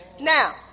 Now